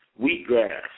Wheatgrass